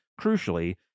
crucially